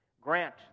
Grant